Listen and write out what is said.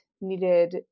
needed